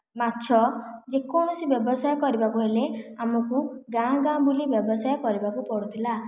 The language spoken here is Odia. ମାଛ ଯେ କୌଣସି ବ୍ୟବସାୟ କରିବାକୁ ହେଲେ ଆମକୁ ଗାଁ ଗାଁ ବୁଲି ବ୍ୟବସାୟ କରିବାକୁ ପଡ଼ୁଥିଲା